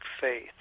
faith